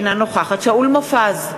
אינה נוכחת שאול מופז,